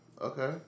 Okay